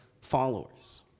followers